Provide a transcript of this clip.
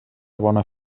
bona